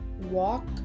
Walk